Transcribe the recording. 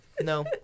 No